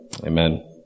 Amen